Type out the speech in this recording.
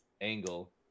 angle